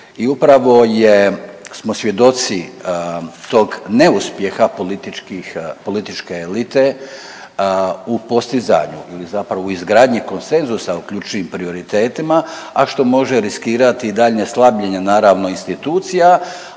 I upravo smo svjedoci tog neuspjeha političke elite u postizanju ili zapravo u izgradnji konsenzusa u ključnim prioritetima, a što može riskirati i daljnja slabljenja naravno institucija,